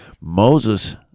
Moses